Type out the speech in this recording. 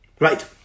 right